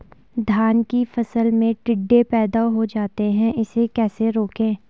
धान की फसल में टिड्डे पैदा हो जाते हैं इसे कैसे रोकें?